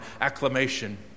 acclamation